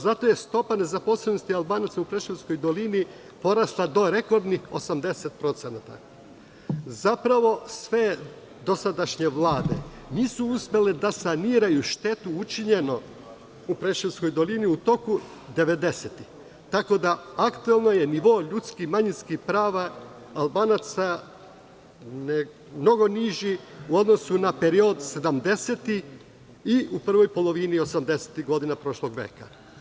Zato je stopa nezaposlenosti Albanaca u Preševskoj dolini porasla do rekordnih 80%, zapravo sve dosadašnje vlade nisu uspele da saniraju štetu učinjenu u Preševskoj dolini u toku devedesetih godina, tako da aktuelno nivo ljudskih i manjinskih prava Albanaca je mnogo niži u odnosu na period sedamdesetih godina i u prvoj polovini osamdesetih godina prošlog veka.